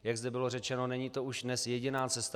Jak zde bylo řečeno, není to už dnes jediná cesta.